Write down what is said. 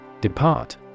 Depart